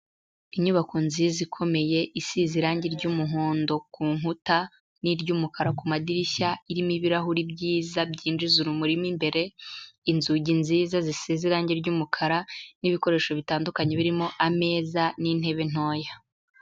Inyubako nziza ikomeye isize irange ry'umuhondo ku nkuta n'iry'umukara ku madirishya, irimo ibirahuri byiza byinjiza urumuri mo imbere, inzugi nziza zisize irange ry'umukara n'ibikoresho bitandukanye birimo ameza n'intebe ntoya.